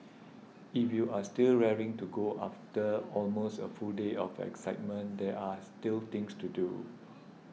if you are still raring to go after almost a full day of excitement there are still things to do